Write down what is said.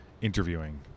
interviewing